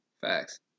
Facts